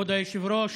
כבוד היושב-ראש,